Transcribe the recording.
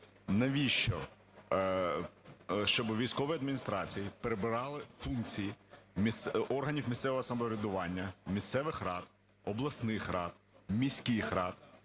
навіщо щоб військові адміністрації перебирали функції органів місцевого самоврядування, місцевих рад, обласних рад, міських рад